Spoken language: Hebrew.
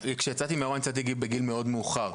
כשיצאתי מהארון אני יצאתי בגיל מאוד מאוחר,